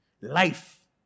life